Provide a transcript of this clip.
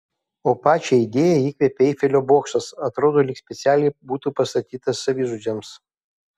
o pačią idėją įkvėpė eifelio bokštas atrodo lyg specialiai būtų pastatytas savižudžiams